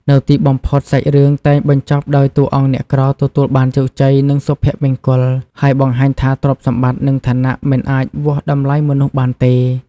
នៅទីបំផុត សាច់រឿងតែងបញ្ចប់ដោយតួអង្គអ្នកក្រទទួលបានជោគជ័យ និងសុភមង្គល ហើយបង្ហាញថា ទ្រព្យសម្បត្តិ និងឋានៈ មិនអាចវាស់តម្លៃមនុស្សបានទេ។